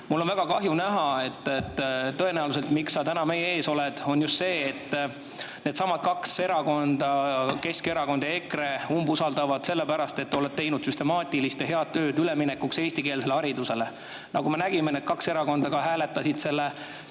Mul on väga kahju näha, et tõenäoliselt [põhjus], miks sa täna meie ees oled, on just see, et needsamad kaks erakonda, Keskerakond ja EKRE, umbusaldavad sind sellepärast, et oled teinud süstemaatilist ja head tööd üleminekuks eestikeelsele haridusele. Nagu me nägime, need kaks erakonda hääletasid